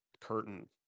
curtain